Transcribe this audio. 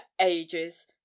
ages